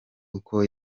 uko